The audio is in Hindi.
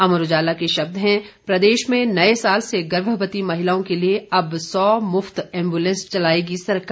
अमर उजाला के शब्द हैं प्रदेश में नए साल से गर्भवती महिलाओं के लिए अब सौ मुफ्त एंबुलेंस चलाएगी सरकार